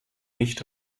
nicht